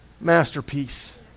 masterpiece